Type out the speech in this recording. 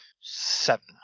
seven